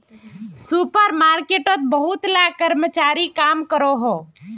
super मार्केटोत बहुत ला कर्मचारी काम करोहो